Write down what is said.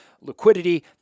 liquidity